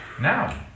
Now